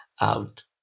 out